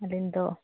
ᱟᱹᱞᱤᱧ ᱫᱚ